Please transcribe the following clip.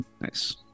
Nice